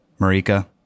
Marika